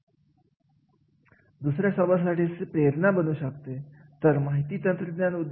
अशाप्रकारे प्रत्येक क्षेत्रामध्ये कोणत्या कार्याचे महत्त्व आहे यानुसार कार्याचे मूल्यमापन केले जाते